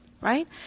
right